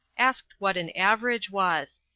asked what an average was.